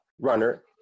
runner